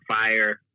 fire